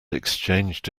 exchanged